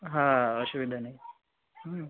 হ্যাঁ অসুবিধা নেই হুম